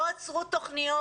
לא עצרו תוכניות.